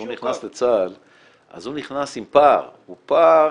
כשהוא נכנס לצה"ל הוא נכנס עם פער והוא פער